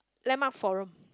landmark forum